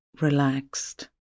relaxed